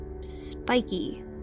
spiky